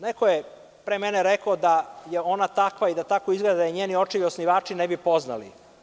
Neko je pre mene rekao da je ona takva i da tako izgleda da je njeni očevi osnivači ne bi poznali.